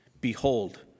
Behold